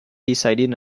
decided